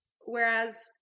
whereas